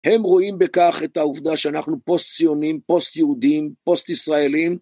הם רואים בכך את העובדה שאנחנו פוסט ציונים, פוסט יהודים, פוסט ישראלים